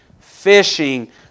fishing